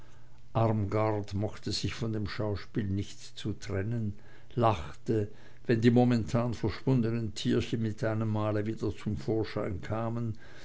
armgard mochte sich von dem schauspiel nicht trennen lachte wenn die momentan verschwundenen tierchen mit einem male wieder zum vorschein kamen